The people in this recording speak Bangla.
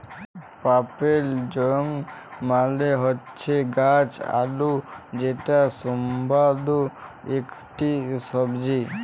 পার্পেল য়ং মালে হচ্যে গাছ আলু যেটা সুস্বাদু ইকটি সবজি